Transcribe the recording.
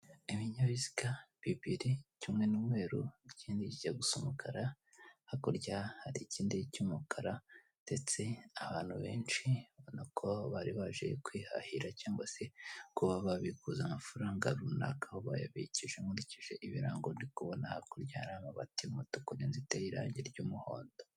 Ibinyabiziga bibiri kimwe n'umweruru ikindi kijya gusa umukara hakurya hari ikindi cy'umukara ndetse abantu benshi babona ko bari baje kwihahira cyangwa se kuba babikuza amafaranga runaka bayabikije nkurikije ibirango byo kubona hakurya bati motukuziti y'irangi ry'umuhondo.